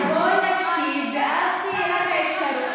אז בואו נקשיב, ואז תהיה לך האפשרות.